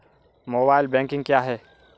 Mobile banking क्या है?